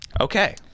Okay